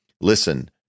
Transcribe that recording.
listen